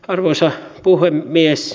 arvoisa puhemies